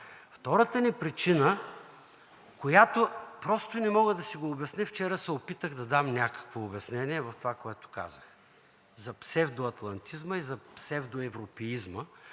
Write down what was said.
Втората ни причина, която просто не мога да си го обясня, вчера се опитах да дам някакво обяснение в това, което казах за псевдоатлантизма и за псевдоевропеизма